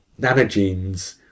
nanogenes